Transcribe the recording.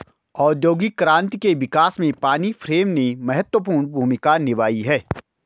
औद्योगिक क्रांति के विकास में पानी फ्रेम ने महत्वपूर्ण भूमिका निभाई है